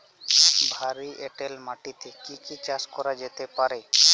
ভারী এঁটেল মাটিতে কি কি চাষ করা যেতে পারে?